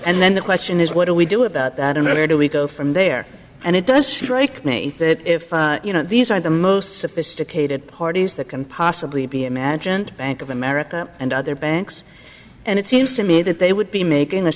and then the question is what do we do about that or never do we go from there and it does strike me that if you know these are the most sophisticated parties that can possibly be imagined bank of america and other banks and it seems to me that they would be making